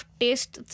taste